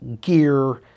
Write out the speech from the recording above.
gear